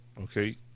Okay